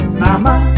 Mama